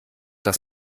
das